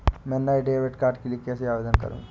मैं नए debit card के लिए कैसे आवेदन करूं?